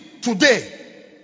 today